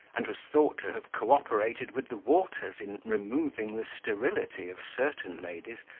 and was thought to have co-operated with the waters in removing the sterility of certain ladies,